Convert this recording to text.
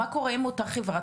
מה קורה עם אותה חברה.